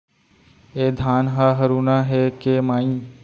ए धान ह हरूना हे के माई?